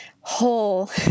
whole